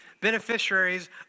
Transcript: beneficiaries